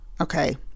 Okay